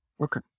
Okay